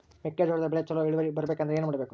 ಮೆಕ್ಕೆಜೋಳದ ಬೆಳೆ ಚೊಲೊ ಇಳುವರಿ ಬರಬೇಕಂದ್ರೆ ಏನು ಮಾಡಬೇಕು?